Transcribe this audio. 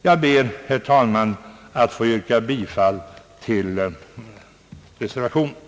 Jag ber, herr talman, att få yrka bifall till reservation 1.